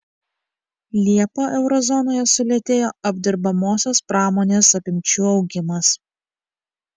liepą euro zonoje sulėtėjo apdirbamosios pramonės apimčių augimas